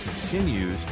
continues